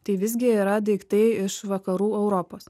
tai visgi yra daiktai iš vakarų europos